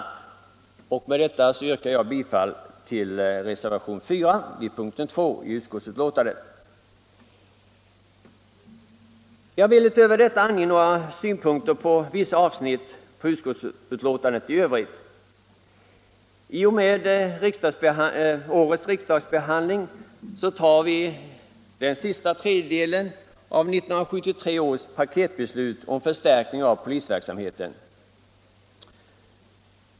Jag yrkar bifall till reservationen 4 vid punkten 2 i utskottsbetänkandet. Utöver detta vill jag anföra några synpunkter på vissa avsnitt av utskottsbetänkandet i övrigt. I och med årets riksdagsbehandling så tar vi den sista tredjedelen av 1973 års paketbeslut om förstärkning av polisverksamheten.